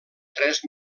tres